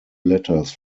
letters